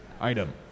item